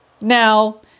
Now